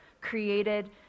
created